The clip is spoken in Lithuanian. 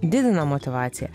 didina motyvaciją